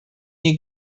nie